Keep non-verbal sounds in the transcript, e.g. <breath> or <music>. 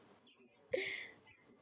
<breath>